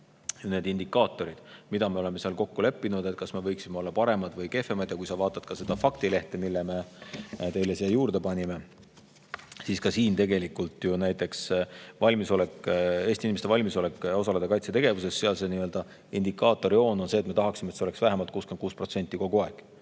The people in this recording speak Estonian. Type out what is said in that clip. olemas indikaatorid, milles me oleme seal kokku leppinud, et näha, kas me oleme paremad või kehvemad. Ja kui sa vaatad seda faktilehte, mille me teile siia juurde panime, siis siin tegelikult on näha näiteks Eesti inimeste valmisolekut osaleda kaitsetegevuses. Seal see nii-öelda indikaatorjoon on see, et me tahaksime, et see oleks vähemalt 66% kogu aeg